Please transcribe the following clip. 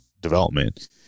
development